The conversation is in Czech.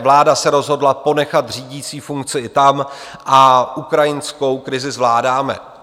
Vláda se rozhodla ponechat řídící funkci tam a ukrajinskou krizi zvládáme.